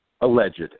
alleged